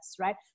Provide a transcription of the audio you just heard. right